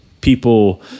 people